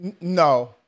No